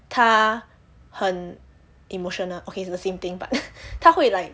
他很 emotional okay it's the same thing but 他会 like